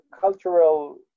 cultural